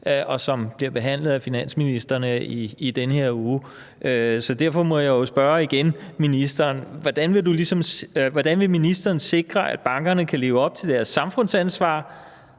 og som bliver behandlet af finansministrene i den her uge. Derfor må jeg spørge ministeren igen: Hvordan vil ministeren sikre, at bankerne kan leve op til deres samfundsansvar